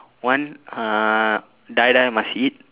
one uh die die must eat